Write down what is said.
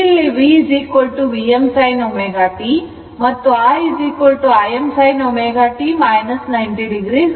ಇಲ್ಲಿ V Vm sin ω t ಮತ್ತು IIm sin ω t 90o